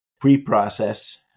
pre-process